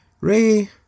Ray